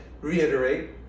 reiterate